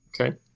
Okay